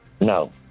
No